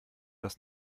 das